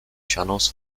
channels